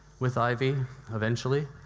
with ivy eventually.